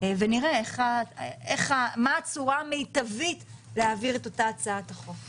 ונראה מה הצורה המיטבית להעביר את הצעת החוק.